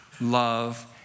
love